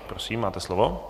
Prosím, máte slovo.